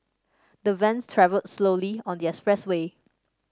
the vans travelled slowly on the expressway